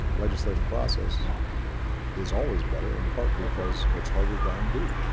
legislative process is always better, in part because it's harder to undo.